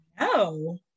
No